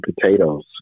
potatoes